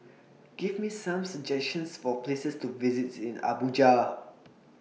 Give Me Some suggestions For Places to visit in Abuja